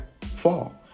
fall